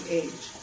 age